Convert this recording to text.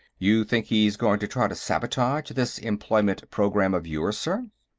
you think he's going to try to sabotage this employment programme of yours, sir?